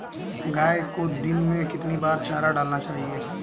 गाय को दिन में कितनी बार चारा डालना चाहिए?